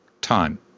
Time